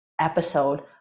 episode